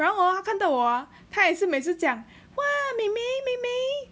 然后啊看到我啊他也是每一次讲 !wah! 妹妹妹妹